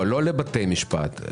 לא לבתי משפט.